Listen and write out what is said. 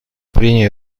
прения